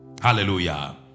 Hallelujah